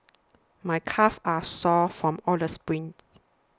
my calves are sore from all the sprints